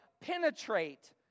penetrate